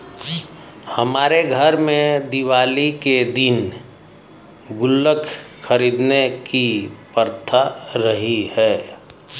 हमारे घर में दिवाली के दिन गुल्लक खरीदने की प्रथा रही है